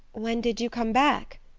when did you come back?